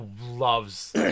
loves